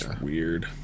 Weird